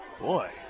Boy